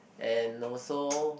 and also